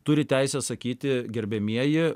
turi teisę sakyti gerbiamieji